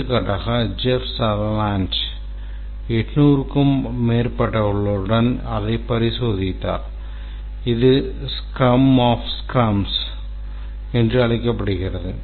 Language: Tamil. எடுத்துக்காட்டாக ஜெஃப் சதர்லேண்ட் என்று அழைக்கப்படுகிறது